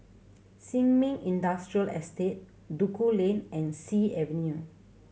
Sin Ming Industrial Estate Duku Lane and Sea Avenue